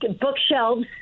bookshelves